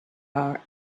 are